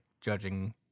judging